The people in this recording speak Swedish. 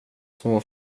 små